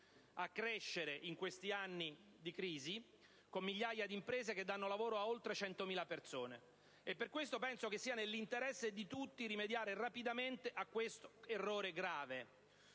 a crescere in questi anni di crisi, con migliaia di imprese che danno lavoro a oltre 100.000 persone. Per questo ritengo che sia nell'interesse di tutti rimediare rapidamente a questo grave